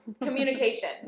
communication